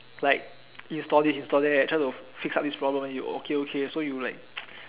like install this install that try to fix up this problem you okay okay so you're like